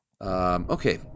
Okay